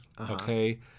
okay